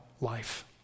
life